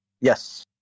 Yes